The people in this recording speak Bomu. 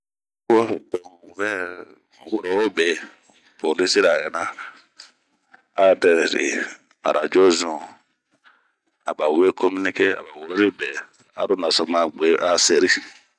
Bunh yi wo to un vɛ woro ro be polisira ɛnre,a vɛ ri rajo zun aba we kominike,a worori be aro naso a se ri.